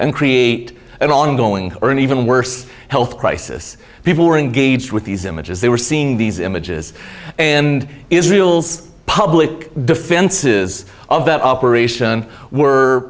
and create an ongoing or an even worse health crisis people were engaged with these images they were seeing these images and israel's public defenses of that operation were